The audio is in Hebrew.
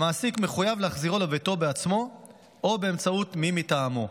המעסיק מחויב להחזירו לביתו בעצמו או באמצעות מי מטעמו.